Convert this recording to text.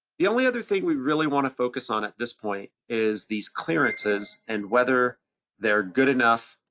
the only other thing we really wanna focus on at this point, is, these clearances and whether they're good enough